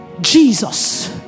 Jesus